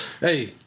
Hey